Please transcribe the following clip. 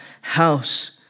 house